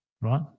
right